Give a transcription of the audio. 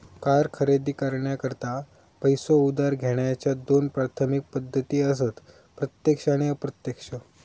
car खरेदी करण्याकरता पैसो उधार घेण्याच्या दोन प्राथमिक पद्धती असत प्रत्यक्ष आणि अप्रत्यक्ष